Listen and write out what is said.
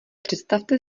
představte